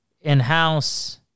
in-house